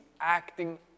acting